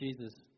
Jesus